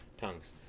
tongues